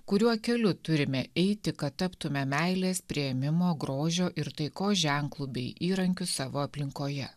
kuriuo keliu turime eiti kad taptume meilės priėmimo grožio ir taikos ženklu bei įrankiu savo aplinkoje